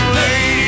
lady